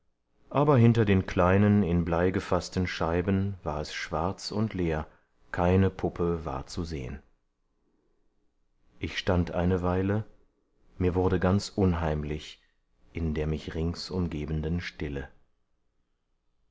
aber hinter den kleinen in blei gefaßten scheiben war es schwarz und leer keine puppe war zu sehen ich stand eine weile mir wurde ganz unheimlich in der mich rings umgebenden stille